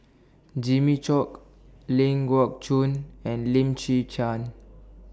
Jimmy Chok Ling Geok Choon and Lim Chwee Chian